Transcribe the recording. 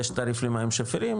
יש תעריף למים שפירים,